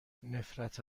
نفرت